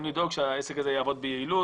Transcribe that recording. שהעסק הזה יעבוד ביעילות.